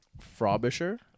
Frobisher